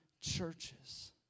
churches